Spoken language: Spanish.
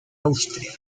austria